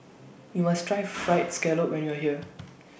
YOU must Try Fried Scallop when YOU Are here